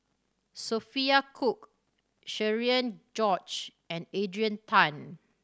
Sophia Cooke Cherian George and Adrian Tan